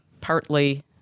partly